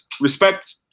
respect